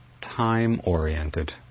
time-oriented